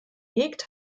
hegt